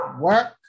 work